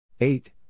Eight